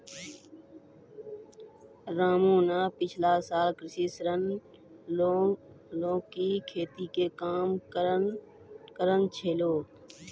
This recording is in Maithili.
रामू न पिछला साल कृषि ऋण लैकॅ ही खेती के काम करनॅ छेलै